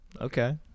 okay